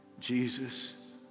Jesus